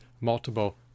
multiple